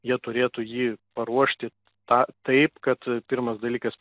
jie turėtų jį paruošti tą taip kad pirmas dalykas